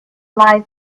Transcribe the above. life